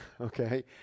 Okay